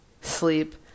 Sleep